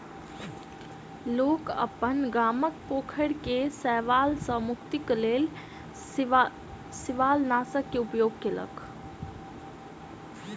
लोक अपन गामक पोखैर के शैवाल सॅ मुक्तिक लेल शिवालनाशक के उपयोग केलक